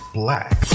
black